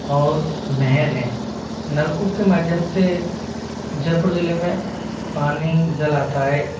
और नहर है नलकूप के माध्यम से जयपुर ज़िले में पानी जल आता है